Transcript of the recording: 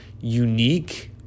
unique